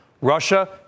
Russia